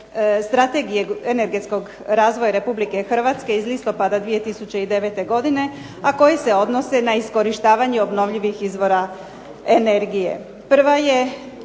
Strategije energetskog razvoja RH iz listopada 2009. godine, a koji se odnose na iskorištavanje obnovljivih izvora energije.